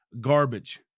garbage